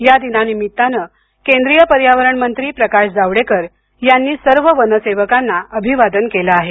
या दिनानिमित्ताने केंद्रीय पर्यावरण मंत्री प्रकाश जावडेकर यांनी सर्व वन सेवकांना अभिवादन केलं आहे